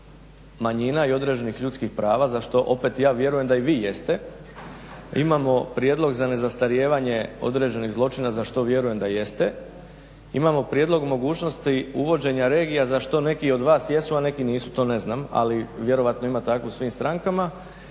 manjina i određenih ljudskih prava, za što opet ja vjerujem da i vi jeste, imamo prijedlog za nezastarijevanje određenih zločina za što vjerujem da jeste, imamo prijedlog mogućnosti uvođenja regija za što neki od vas jesu, a neki nisu to ne znam, ali vjerojatno ima tako u svim strankama